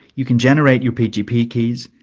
you can generate your pgp keys,